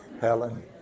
Helen